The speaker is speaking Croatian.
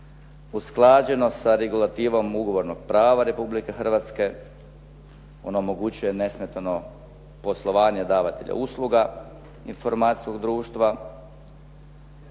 usklađeno sa regulativom ugovornog prava Republike Hrvatske. ono omogućuje nesmetano poslovanje davatelja usluga informacijskog društva,